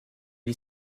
est